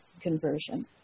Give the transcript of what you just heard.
conversion